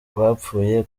bapfuye